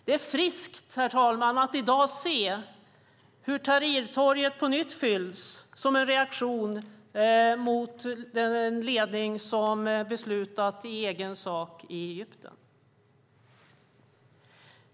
Det är friskt, herr talman, att i dag se hur Tahrirtorget på nytt fylls som en reaktion mot en ledning som beslutat i egen sak i Egypten.